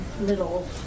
little